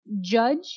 judge